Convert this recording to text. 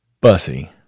Bussy